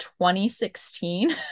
2016